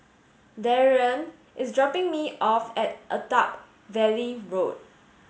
Darrian is dropping me off at Attap Valley Road